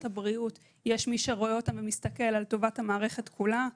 הבריאות יש מי שרואה אותם ומסתכל על טובת המערכת כולה.